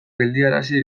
geldiarazi